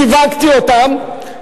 שיווקתי אותן,